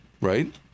right